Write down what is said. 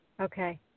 Okay